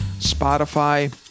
Spotify